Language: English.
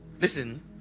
listen